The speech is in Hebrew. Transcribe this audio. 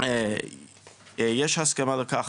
יש הסכמה לכך,